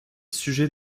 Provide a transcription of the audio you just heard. sujets